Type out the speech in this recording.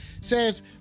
Says